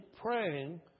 praying